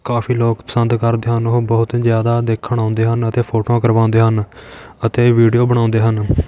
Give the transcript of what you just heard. ਕਾਫੀ ਲੋਕ ਪਸੰਦ ਕਰਦੇ ਹਨ ਉਹ ਬਹੁਤ ਜ਼ਿਆਦਾ ਦੇਖਣ ਆਉਂਦੇ ਹਨ ਅਤੇ ਫੋਟੋਆਂ ਕਰਵਾਉਂਦੇ ਹਨ ਅਤੇ ਵੀਡੀਓ ਬਣਾਉਂਦੇ ਹਨ